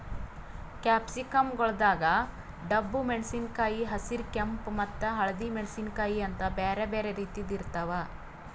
capsicum ಗೊಳ್ದಾಗ್ ಡಬ್ಬು ಮೆಣಸಿನಕಾಯಿ, ಹಸಿರ, ಕೆಂಪ ಮತ್ತ ಹಳದಿ ಮೆಣಸಿನಕಾಯಿ ಅಂತ್ ಬ್ಯಾರೆ ಬ್ಯಾರೆ ರೀತಿದ್ ಇರ್ತಾವ್